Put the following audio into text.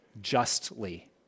justly